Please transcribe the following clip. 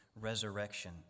resurrection